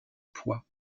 poids